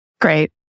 Great